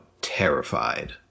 terrified